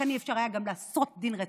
לכן לא היה אפשר להחיל דין רציפות,